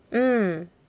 mm